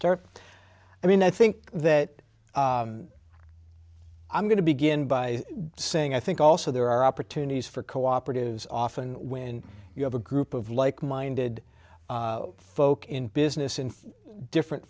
start i mean i think that i'm going to begin by saying i think also there are opportunities for cooperatives often when you have a group of like minded folk in business in different